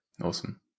Awesome